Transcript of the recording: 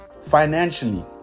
Financially